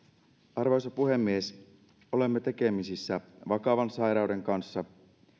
arvoisa puhemies olemme tekemisissä vakavan sairauden kanssa